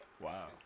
wow